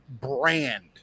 brand